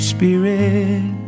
Spirit